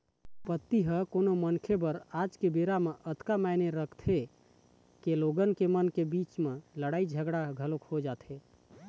संपत्ति ह कोनो मनखे बर आज के बेरा म अतका मायने रखथे के लोगन मन के बीच म लड़ाई झगड़ा घलोक हो जाथे